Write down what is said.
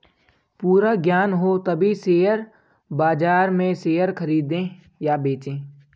पूरा ज्ञान हो तभी शेयर बाजार में शेयर खरीदे या बेचे